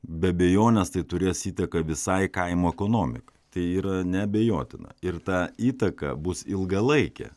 be abejonės tai turės įtaką visai kaimo ekonomikai tai yra neabejotina ir ta įtaka bus ilgalaikė